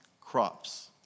crops